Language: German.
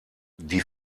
die